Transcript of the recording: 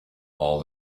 all